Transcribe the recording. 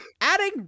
adding